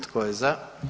Tko je za?